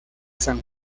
san